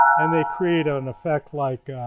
and the create ah an effect like